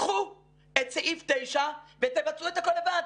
קחו את סעיף 9 ותבצעו את הכול לבד.